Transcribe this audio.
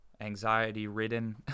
anxiety-ridden